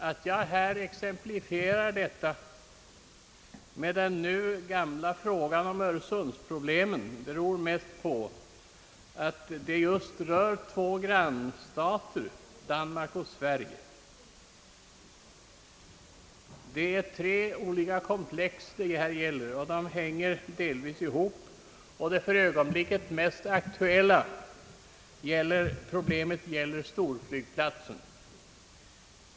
Att jag här vill exemplifierå detta med den nu gamla frågan om öresundsproblemen beror mest på att dessa just rör två grannstater, Danmark och Sverige. Det rör sig här om tre olika komplex som delvis hänger ihop. Det för ögonblicket mest aktuella problemet gäller storflygplatsen.